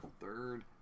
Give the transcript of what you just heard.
third